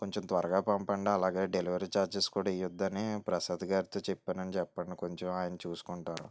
కొంచెం త్వరగా పంపండి అలాగే డెలివరీ ఛార్జెస్ కూడా ఇవ్వద్దని ప్రసాద్ గారితో చెప్పానని చెప్పండి కొంచెం ఆయన చూసుకుంటారు